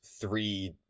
three